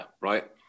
right